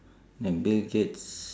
the bill gates